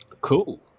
cool